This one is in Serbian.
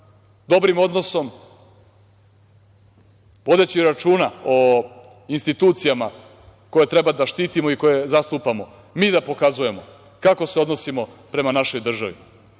dobrim odnosnom, vodeći računa o institucijama koje treba da štitimo i koje zastupamo, mi da pokazujemo kako se odnosimo prema našoj državi.